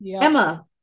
Emma